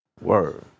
Word